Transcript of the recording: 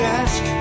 ask